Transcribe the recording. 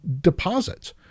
deposits